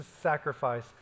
sacrifice